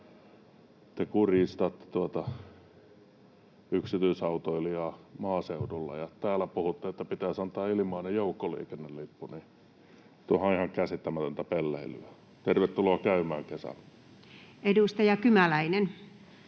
te kurjistatte yksityisautoilijaa maaseudulla ja täällä puhutte, että pitäisi antaa ilmainen joukkoliikennelippu. Tuohan on ihan käsittämätöntä pelleilyä. Tervetuloa käymään kesällä. Edustaja Kymäläinen.